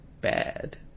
bad